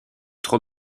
trop